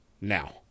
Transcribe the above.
now